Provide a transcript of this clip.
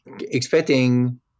expecting